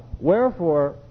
Wherefore